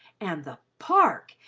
and the park,